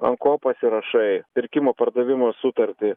ant ko pasirašai pirkimo pardavimo sutartį